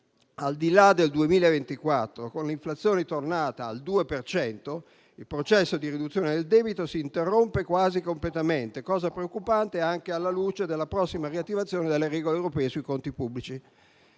Al di là del 2024, con l'inflazione ritornata al 2 per cento, il processo di riduzione del debito si interrompe quasi completamente, cosa preoccupante anche alla luce della prossima riattivazione delle regole europee sui conti pubblici.